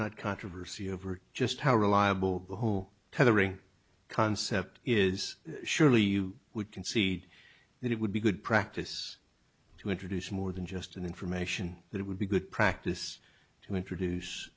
not controversy over just how reliable the who to the ring concept is surely you would concede that it would be good practice to introduce more than just information that would be good practice to introduce